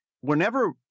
whenever